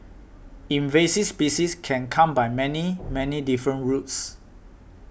invasive species can come by many many different routes